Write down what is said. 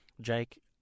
Jake